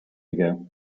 ago